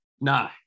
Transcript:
No